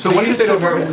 so what is it? over